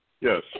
yes